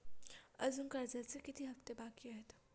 अजुन कर्जाचे किती हप्ते बाकी आहेत?